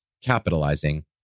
capitalizing